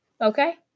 Okay